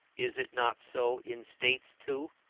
is it not so in states too?